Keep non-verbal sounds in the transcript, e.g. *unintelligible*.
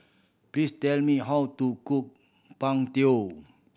please tell me how to cook png *unintelligible*